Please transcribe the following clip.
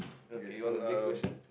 okay so um